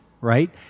right